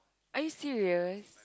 are you serious